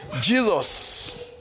Jesus